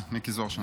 מיקי זוהר שם.